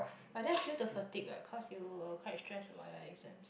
but that's due to fatigue cause you were quite stressed about your exams